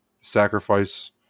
sacrifice